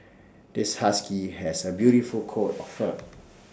this husky has A beautiful coat of fur